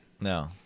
No